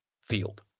field